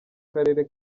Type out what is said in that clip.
karere